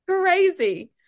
Crazy